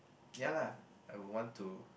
ya lah I would want to